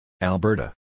Alberta